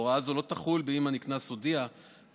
הוראה זו לא תחול אם הנקנס הודיע בתקופה